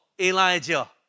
Elijah